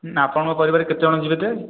ଆପଣଙ୍କ ପରିବାରରେ କେତେ ଜଣ ଯିବେ ଯେ